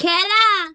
খেলা